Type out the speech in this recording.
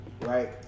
right